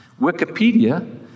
Wikipedia